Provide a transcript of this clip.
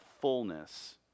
fullness